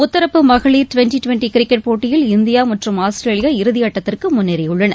முத்தரப்பு மகளிர் twenty twenty cricket போட்டியில் இநதியா மற்றும் ஆஸ்திரேலியா இறுதியாட்டக்திற்கு முன்னேறியுள்ளன